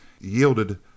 yielded